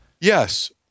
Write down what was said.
Yes